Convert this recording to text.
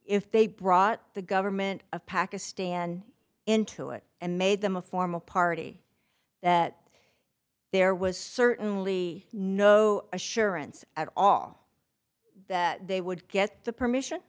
if they brought the government of pakistan into it and made them a formal party that there was certainly no assurance at all that they would get the permission